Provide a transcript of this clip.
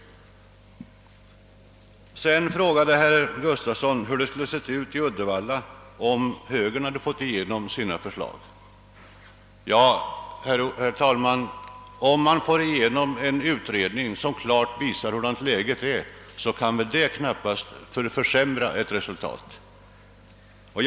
Herr Gustafsson frågade sedan hur det skulle ha sett ut i Uddevalla om högern hade fått sina förslag genomförda. Herr talman! Det kan väl knappast försämra resultatet, om man får till stånd en utredning som klart visar läget.